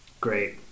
Great